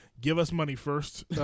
give-us-money-first